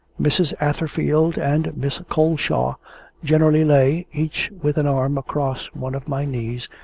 mrs. atherfield and miss coleshaw generally lay, each with an arm across one of my knees,